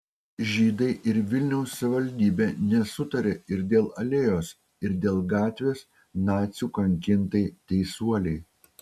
žydai ir vilniaus savivaldybė nesutaria ir dėl alėjos ir dėl gatvės nacių kankintai teisuolei